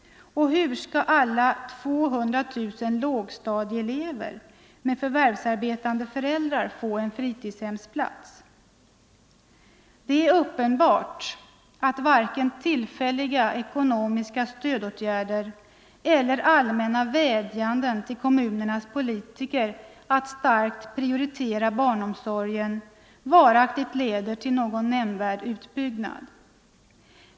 Och hur skall alla 200 000 lågstadieelever med förvärvsarbetande föräldrar få en fritidshemsplats? Det är uppenbart att varken tillfälliga ekonomiska stödåtgärder eller allmänna vädjanden till kommunernas politiker att starkt prioritera barnomsorgen leder till någon nämnvärd utbyggnad av bestående karaktär.